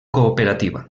cooperativa